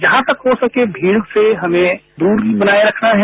जहां तक हो सके भीड़ से हमें दूरी बनाए रखना है